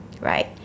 right